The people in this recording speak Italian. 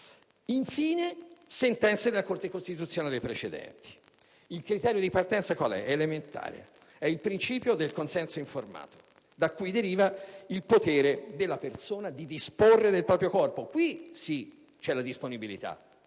alle sentenze della Corte costituzionale precedenti. Il criterio di partenza è elementare, vale a dire è il principio del consenso informato da cui deriva il potere della persona di disporre del proprio corpo. Qui sì c'è la disponibilità,